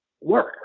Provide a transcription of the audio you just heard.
work